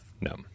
no